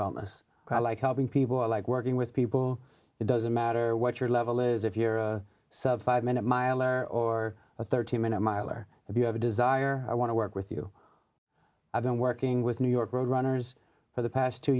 wellness like helping people i like working with people it doesn't matter what your level is if you're a five minute mile or a thirty minute mile or if you have a desire i want to work with you i've been working with new york road runners for the past two